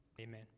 amen